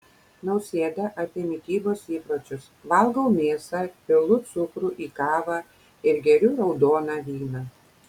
nausėda apie mitybos įpročius valgau mėsą pilu cukrų į kavą ir geriu raudoną vyną